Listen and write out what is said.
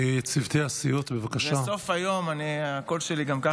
זה סוף היום, גם ככה הקול שלי קצת יותר חלש.